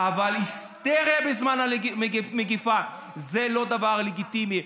אבל היסטריה בזמן מגפה זה לא דבר לגיטימי.